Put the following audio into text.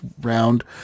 round